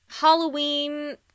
Halloween